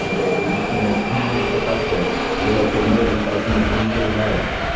you know they they became a tenured professor able to immerse themselves in the things they loved.